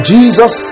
Jesus